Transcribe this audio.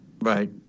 Right